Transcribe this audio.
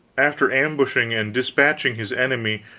after ambushing and despatching his enemy,